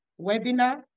webinar